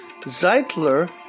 Zeitler